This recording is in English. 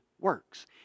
works